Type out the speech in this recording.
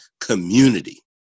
community